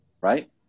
Right